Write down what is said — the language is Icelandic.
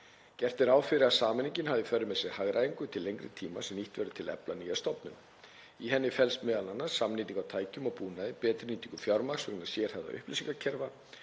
Gert er ráð fyrir að sameiningin hafi í för með sér hagræðingu til lengri tíma sem nýtt verður til að efla nýja stofnun. Í henni felst m.a. samnýting á tækjum og búnaði, betri nýting fjármagns vegna sérhæfðra upplýsingakerfa,